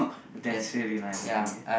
that's really nice okay